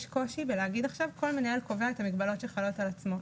יש קושי לומר עכשיו שכל מנהל קובע את המגבלות שחלות על עצמו.